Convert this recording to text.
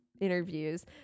interviews